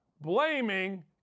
blaming